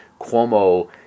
Cuomo